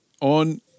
on